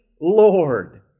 Lord